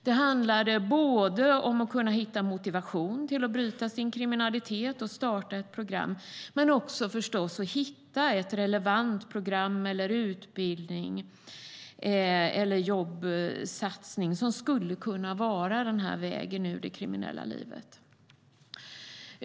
Det handlade både om att kunna hitta motivation till att bryta sin kriminalitet och starta ett program och, förstås, om att hitta ett relevant program, en relevant utbildning eller en jobbsatsning som skulle kunna vara vägen ut ur det kriminella livet.